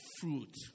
fruit